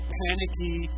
panicky